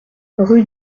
rue